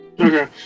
Okay